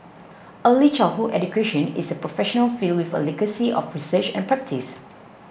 early childhood education is a professional field with a legacy of research and practice